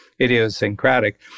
idiosyncratic